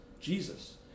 Jesus